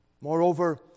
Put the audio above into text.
Moreover